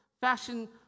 fashion